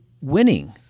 winning